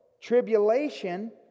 tribulation